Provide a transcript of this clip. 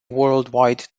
worldwide